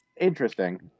Interesting